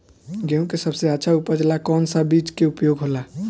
गेहूँ के सबसे अच्छा उपज ला कौन सा बिज के उपयोग होला?